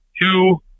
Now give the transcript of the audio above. two